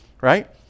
right